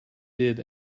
did